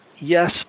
Yes